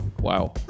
wow